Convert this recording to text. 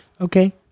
Okay